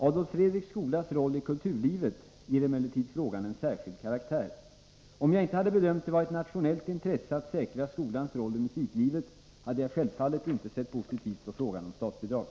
Adolf Fredriks skolas roll i kulturlivet ger emellertid frågan en särskild karaktär. Om jag inte hade bedömt det vara ett nationellt intresse att säkra skolans roll Nr 21 i musiklivet, hade jag självfallet inte sett positivt på frågan om statsbidrag.